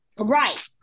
right